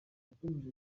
yakomeje